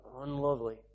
unlovely